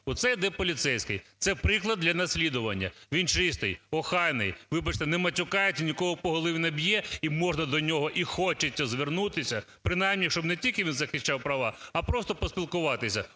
оце йде поліцейський. Це – приклад для наслідування: він чистий, охайний, вибачте, не матюкається, нікого по голові не б'є, і можна до нього і хочеться звернутися, принаймні, щоб він не тільки захищав права, а просто поспілкуватися.